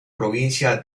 provincia